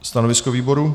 Stanovisko výboru?